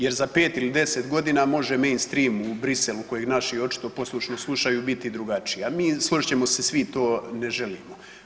Jer za 5 ili 10 g. može mainstream u Bruxellesu koji naši očito poslušno slučaju biti drugačiji a mi, složit ćemo se svi, to ne želimo.